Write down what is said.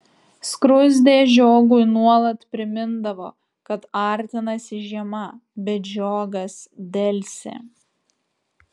skruzdė žiogui nuolat primindavo kad artinasi žiema bet žiogas delsė